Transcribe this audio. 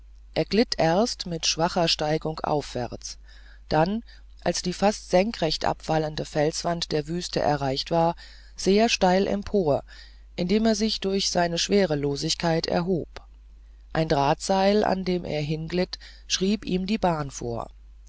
er glitt erst mit schwacher steigung aufwärts dann als die fast senkrecht abfallende felswand der wüste erreicht war sehr steil empor indem er sich durch seine schwerelosigkeit erhob ein drahtseil an dem er hinglitt schrieb ihm die bahn vor